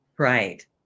Right